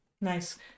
Nice